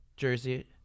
jersey